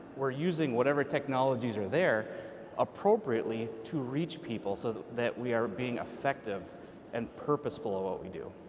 we are using whatever technologies are there appropriately to reach people so that that we are being effective and purposeful about ah what we do.